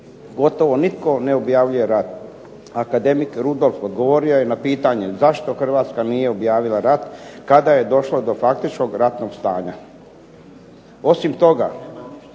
gotovo nitko ne objavljuje rat. Akademik Rudolf ogovorio je na pitanje zašto Hrvatska nije objavila rat kada je došlo do faktičkog ratnog stanja. Osim toga,